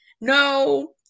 no